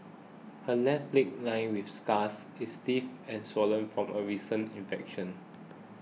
her left leg lined with scars is stiff and swollen from a recent infection